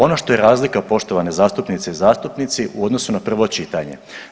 Ono što je razlika poštovane zastupnice i zastupnici u odnosu na prvo čitanje.